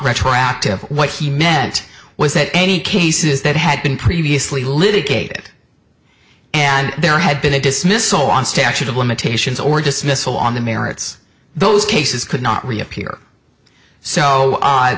retroactive what he meant was that any cases that had been previously litigated and there had been a dismissal on statute of limitations or dismissal on the merits those cases could not reappear so